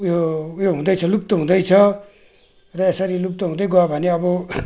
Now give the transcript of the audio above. यो उयो हुँदैछ लुप्त हुँदैछ र यसरी लुप्त हुँदै गयो भने अब